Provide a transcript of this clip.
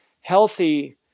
healthy